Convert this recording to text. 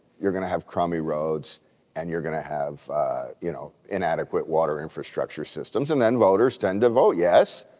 you're going to have crummy roads and you're going to have you know inadequate water infrastructure systems. and then voters tend to vote yes.